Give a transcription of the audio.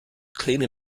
cleaning